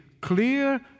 clear